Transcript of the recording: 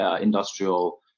industrial